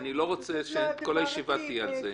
ואני לא רוצה שכל הישיבה תהיה על זה.